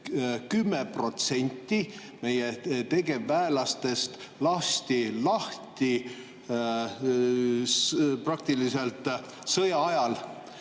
10% meie tegevväelastest lasti lahti praktiliselt sõja ajal.